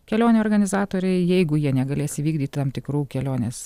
kelionių organizatoriai jeigu jie negalės įvykdyt tam tikrų kelionės